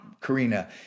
Karina